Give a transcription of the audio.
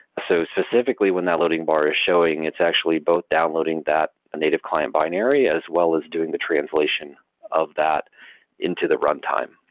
so specifically, when that loading bar is showing it's actually both downloading that native client binary, as well as doing the translation of that into the runtime.